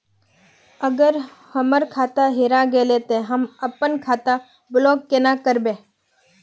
अगर हमर खाता हेरा गेले ते हम अपन खाता ब्लॉक केना करबे?